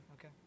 Okay